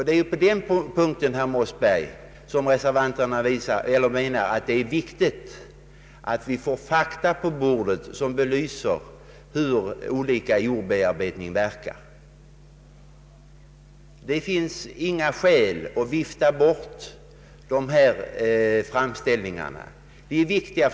Det är på den punkten, herr Mossberger, som reservanterna menar att det är viktigt att vi får fakta på bordet som belyser hur olika jordbearbetningsmetoder verkar. Det finns inga skäl att vifta bort dessa framställningar. De är viktiga.